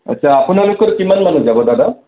আচ্ছা আপোনালোকৰ কিমান মানুহ যাব দাদা